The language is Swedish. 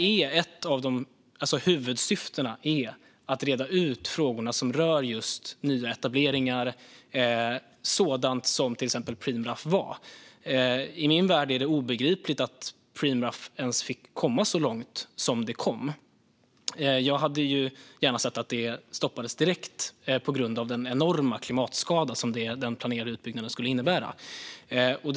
Ett av huvudsyftena med det är att reda ut frågorna som rör just nyetableringar, sådana som till exempel Preemraff var. I min värld är det obegripligt att Preemraff ens fick komma så långt som det kom. Jag hade gärna sett att det stoppats direkt på grund av den enorma klimatskada som den planerade utbyggnaden skulle ha inneburit.